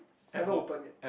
haven't open yet